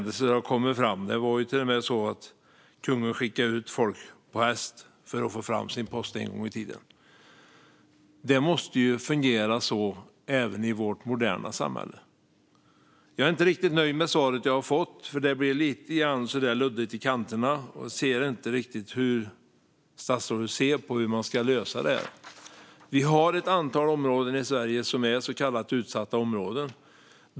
Det var till och med så att kungen skickade ut folk till häst för att få posten att nå fram. Det måste fungera så även i vårt moderna samhälle. Jag är inte riktigt nöjd med svaret jag har fått eftersom det har varit lite luddigt i kanterna. Jag förstår inte riktigt hur statsrådet anser att man ska lösa problemet. Det finns ett antal områden i Sverige som är så kallat utsatta områden.